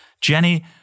Jenny